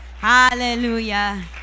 hallelujah